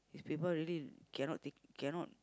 these people really cannot take cannot